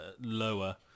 lower